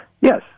Yes